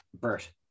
Bert